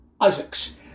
Isaacs